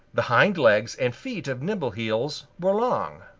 the hind legs and feet of nimbleheels were long,